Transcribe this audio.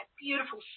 beautiful